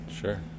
Sure